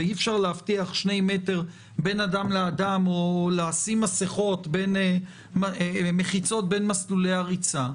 ואי-אפשר להבטיח שני מ' בין אדם לאדם או לשים מחיצות בין מסלולי הריצה,